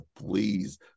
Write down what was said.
please